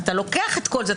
אתה לוקח את כל זה,